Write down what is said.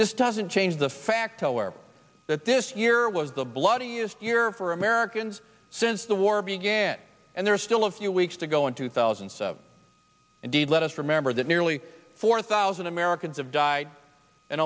this doesn't change the fact that this year was the bloodiest year for americans since the war began and there are still a few weeks to go in two thousand and seven indeed let us remember that nearly four thousand americans have died and